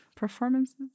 Performances